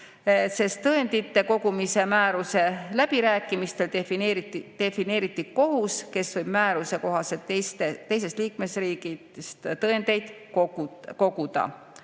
sest tõendite kogumise määruse läbirääkimistel defineeriti kohus, kes võib määruse kohaselt teisest liikmesriigist tõendeid koguda.